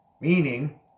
meaning